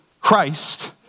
Christ